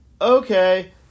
okay